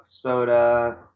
soda